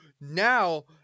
now